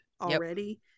already